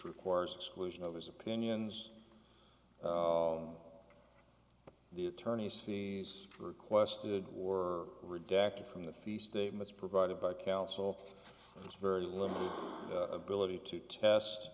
requires exclusion of his opinions of the attorney's fees requested or redacted from the fee statements provided by counsel is very limited ability to test